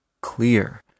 clear